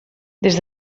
des